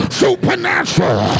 supernatural